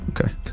Okay